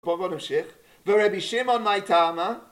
בוא, בוא נמשיך, ורבי שמעון מה הייתה? מה?